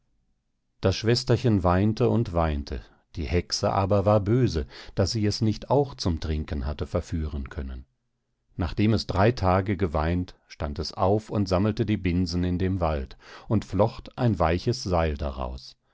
das schwesterchen weinte und weinte die hexe aber war böse daß sie es nicht auch zum trinken hatte verführen können nachdem es drei tage geweint stand es auf und sammelte die binsen in dem wald und flocht ein weiches seil daraus